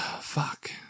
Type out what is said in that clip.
fuck